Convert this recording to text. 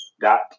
dot